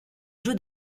jeu